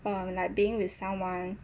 um like being with someone